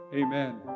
Amen